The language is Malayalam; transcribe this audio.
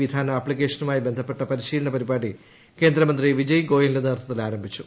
വിധാൻ ആപ്തിക്കേഷനുമായി ബന്ധപ്പെട്ട പരിശീലന പരിപാടി കേന്ദ്രമന്ത്രി വിജയ് ഗോയലിന്റെ നേതൃത്വത്തിൽ ആരംഭിച്ചു